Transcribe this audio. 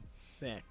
Sick